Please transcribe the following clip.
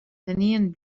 tenien